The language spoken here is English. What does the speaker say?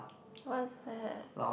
what's that